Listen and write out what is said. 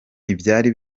ntibyari